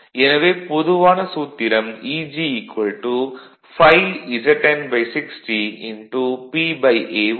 எனவே பொதுவான சூத்திரம் Eg ∅ZN60PA வோல்ட்